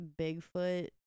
Bigfoot